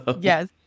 Yes